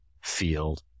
field